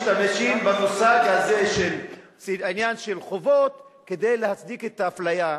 משתמשים בעניין של חובות כדי להצדיק את האפליה,